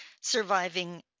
Surviving